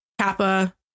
kappa